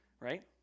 right